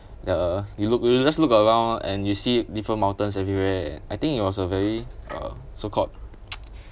ya you look you let's look around and you see different mountains everywhere and I think it was a very uh so called